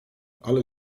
ale